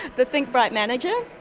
the think bright manager?